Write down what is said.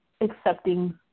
accepting